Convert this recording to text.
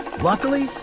Luckily